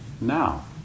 now